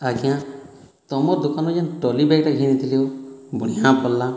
ଆଜ୍ଞା ତମର୍ ଦୋକାନ୍ରୁ ଯେନ୍ ଟ୍ରଲି ବ୍ୟାଗ୍ଟା ଘିନିଥିଲି ହୋ ବଢ଼ିଆଁ ପଡ଼୍ଲା